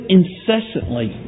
incessantly